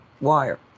wire